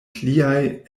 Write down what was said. pliaj